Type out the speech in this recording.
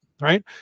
right